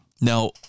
Now